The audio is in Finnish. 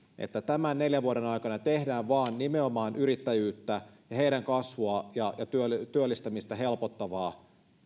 että tämän neljän vuoden aikana tehdään vain nimenomaan yrittäjyyttä ja heidän kasvuaan ja työllistämistään helpottavaa